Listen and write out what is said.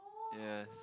yes